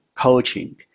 coaching